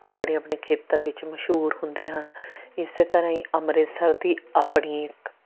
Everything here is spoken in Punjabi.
ਆਪਣੇ ਆਪਣੇ ਖੇਤਰ ਵਿੱਚ ਮਸ਼ਹੂਰ ਹੁੰਦੇ ਹਨ ਇਸੇ ਤਰ੍ਹਾਂ ਹੀ ਅੰਮ੍ਰਿਤਸਰ ਦੀ ਆਪਣੀ ਇੱਕ